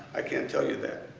i can't tell you that.